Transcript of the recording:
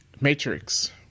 Matrix